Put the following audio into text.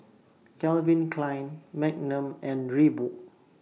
Calvin Klein Magnum and Reebok